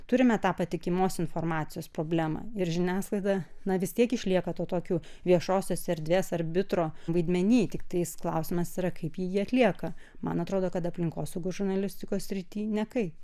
turime tą patikimos informacijos problemą ir žiniasklaida na vis tiek išlieka tuo tokiu viešosios erdvės arbitro vaidmeny tiktais klausimas yra kaip ji jį atlieka man atrodo kad aplinkosaugos žurnalistikos srity nekaip